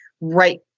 right